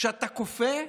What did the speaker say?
כשאתה כופה,